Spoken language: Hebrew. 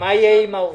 מה יהיה עם העובדים?